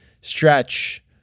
stretch